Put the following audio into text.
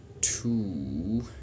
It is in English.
two